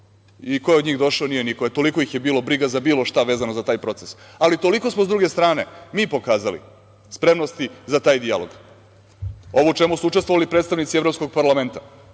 I ko je od njih došao? Nije niko. Eto, toliko ih je bilo briga za bilo šta vezano za taj proces. Ali, toliko smo sa druge strane mi pokazali spremnosti za taj dijalog. Ovo u čemu su učestvovali predstavnici Evropskog parlamenta.